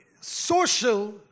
social